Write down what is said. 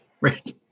right